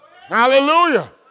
Hallelujah